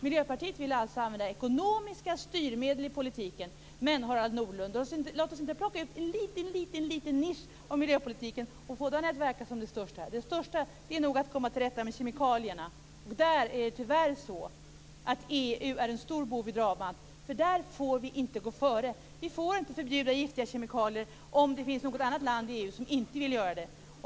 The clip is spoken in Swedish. Miljöpartiet vill alltså använda ekonomiska styrmedel i politiken. Låt oss inte plocka ut en liten nisch av miljöpolitiken och få den att verka som det viktigaste, Harald Nordlund. Det viktigaste är nog att komma till rätta med kemikalierna. EU är tyvärr en stor bov i dramat. Vi får inte gå före. Vi får inte förbjuda giftiga kemikalier om det finns något annat land i EU som inte vill göra det.